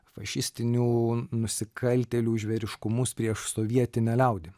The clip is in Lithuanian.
fašistinių nusikaltėlių žvėriškumus prieš sovietinę liaudį